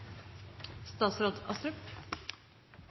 Statsråd